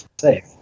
safe